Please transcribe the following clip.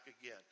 again